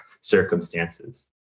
circumstances